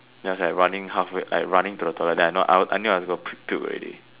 then I was like running halfway I running to the toilet then I know I would I knew I was gonna pu~ puke already